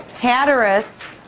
hatteras,